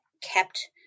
kept